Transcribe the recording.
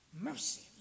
mercy